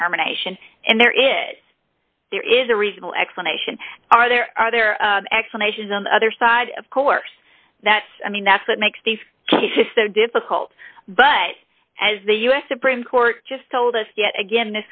determination and there is there is a reasonable explanation are there are there explanations on the other side of course that's i mean that's what makes these cases that difficult but as the u s supreme court just told us yet again